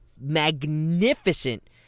magnificent